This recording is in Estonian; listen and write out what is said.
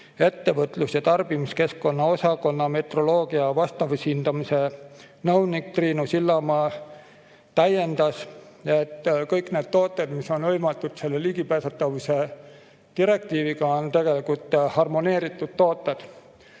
ettevõtlus- ja tarbimiskeskkonna osakonna metroloogia ja vastavushindamise nõunik Triinu Sillamaa täiendas, et kõik need tooted, mis on hõlmatud ligipääsetavuse direktiiviga, on tegelikult harmoneeritud tooted.